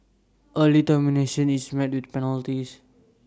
early termination is met with penalties